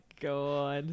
god